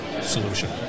solution